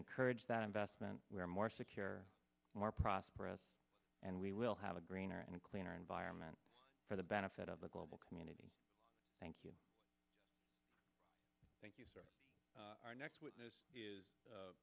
encourage that investment we are more secure more prosperous and we will have a greener and cleaner environment for the benefit of the global community thank you thank you sir our next witness is